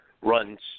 runs